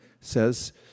says